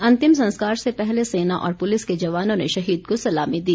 अंतिम संस्कार से पहले सेना और पुलिस के जवानों ने शहीद को सलामी दी